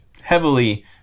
heavily